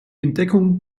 entdeckung